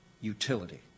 utility